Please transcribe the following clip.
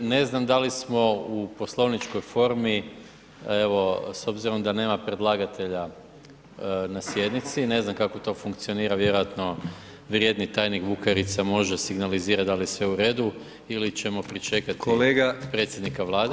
Ne znam da li smo u poslovničkoj formi, evo, s obzirom da nema predlagatelja na sjednici, ne znam kako to funkcionira, vjerojatno vrijedni tajnik Bukarica može signalizirati da li je sve u redu ili ćemo pričekati predsjednika Vlade.